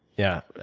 yeah,